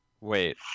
wait